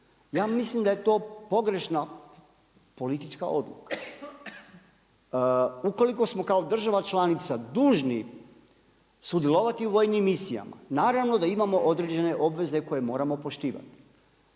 Ja mislim da je to pogrešna politička odluka. Ukoliko smo kao država članica dužni sudjelovati u vojnim misijama, naravno da imamo određena obveze koje moramo poštivati.